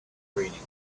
reading